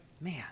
man